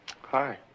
Hi